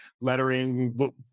lettering